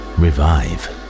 revive